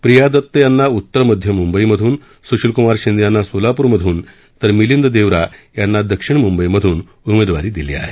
प्रीया दत्त यांना उत्तर मध्य मुंबईमधून सुशील कुमार शिंदे यांना सोलापूरमधून तर मिलींद देवरा यांना दक्षिण मुंबईमधून उमेदवारी देण्यात आली आहे